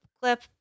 clip